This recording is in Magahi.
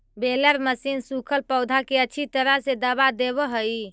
बेलर मशीन सूखल पौधा के अच्छी तरह से दबा देवऽ हई